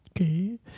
Okay